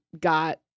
got